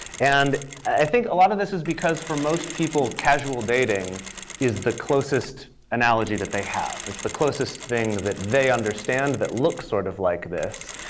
and i think a lot of this is because for most people, casual dating is the closest analogy that they have. it's the closest thing that they understand that looks sort of like this,